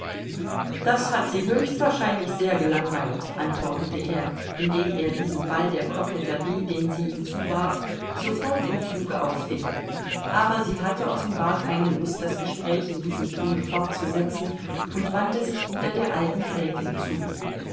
das hat sie höchstwahrscheinlich sehr gelangweilt antwortete er indem er diesen ball der koketterie den sie ihm zuwarf sofort im fluge auffing aber sie hatte offenbar keine lust das gespräch in diesem tone fortzusetzen und wandte sich wieder der alten gräfin zu